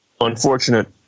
unfortunate